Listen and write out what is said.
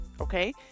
Okay